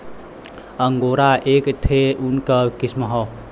angora एक ठे ऊन क किसम हौ